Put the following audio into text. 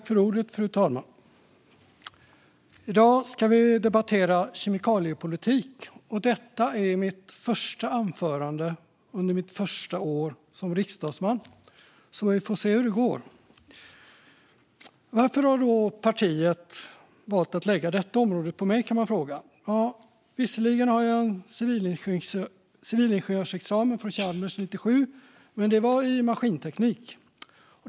Fru talman! I dag ska vi debattera kemikaliepolitik. Detta är mitt första anförande under mitt första år som riksdagsman, så vi får se hur det går. Varför har då partiet valt att lägga detta område på mig? Det kan man fråga sig. Visserligen har jag en civilingenjörsexamen från Chalmers 1997, men det var i maskinteknik.